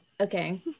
okay